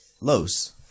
Los